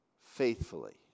faithfully